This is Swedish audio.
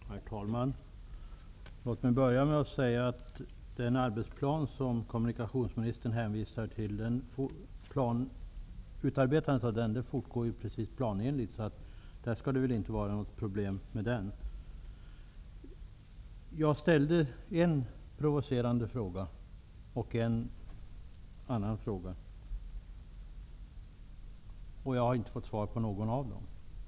Herr talman! Låt mig börja med att säga att utarbetandet av den arbetsplan som kommunikationsministern hänvisar till fortgår planenligt. På den punkten skall det inte vara något problem. Jag ställde en provocerande fråga och en annan fråga, och jag har inte fått svar på någon av dem.